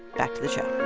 back to the show